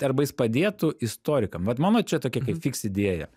arba jis padėtų istorikam vat mano čia tokia kaip fiks idėja